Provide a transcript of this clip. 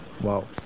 wow